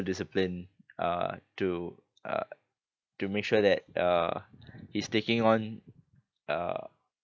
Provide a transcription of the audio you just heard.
discipline uh to uh to make sure that uh he's taking on uh